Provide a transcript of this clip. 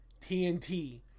TNT